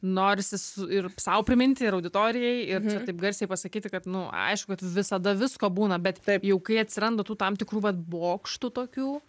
norisi su ir sau priminti ir auditorijai ir čia taip garsiai pasakyti kad nu aiš kad visada visko būna bet taip jau kai atsiranda tų tam tikrų vat bokštų tokių